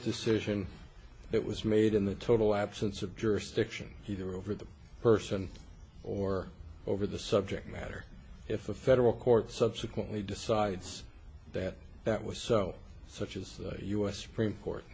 decision it was made in the total absence of jurisdiction here over the person or over the subject matter if a federal court subsequently decides that that was so such as the us supreme court